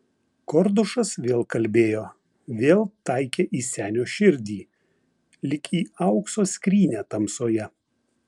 kordušas vėl kalbėjo vėl taikė į senio širdį lyg į aukso skrynią tamsoje